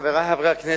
חברי חברי הכנסת,